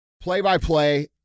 play-by-play